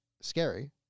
scary